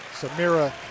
Samira